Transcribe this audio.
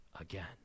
again